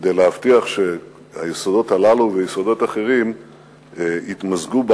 כדי להבטיח שהיסודות האלה ויסודות אחרים יתמזגו בה,